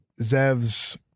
zev's